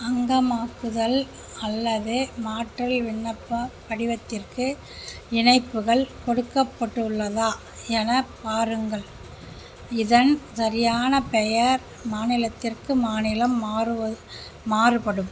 அங்கமாக்குதல் அல்லது மாற்றல் விண்ணப்பப் படிவத்திற்கு இணைப்புகள் கொடுக்கப்பட்டுள்ளதா எனப் பாருங்கள் இதன் சரியான பெயர் மாநிலத்திற்கு மாநிலம் மாறுபடும்